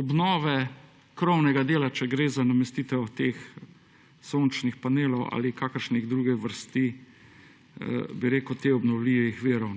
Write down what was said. obnove krovnega dela, če gre za namestitev teh sončnih panelov ali kakršne druge vrste teh obnovljivih virov.